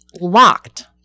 locked